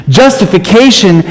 justification